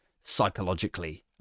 psychologically